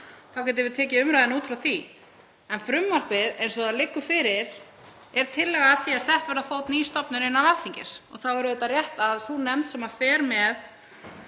þá getum við tekið umræðuna út frá því. En frumvarpið eins og það liggur fyrir er tillaga um að sett verði á fót ný stofnun innan Alþingis og þá er auðvitað rétt að sú nefnd sem fer með